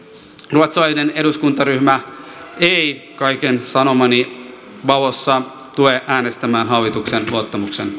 ruotsalainen eduskuntaryhmä ei kaiken sanomani valossa tule äänestämään hallituksen luottamuksen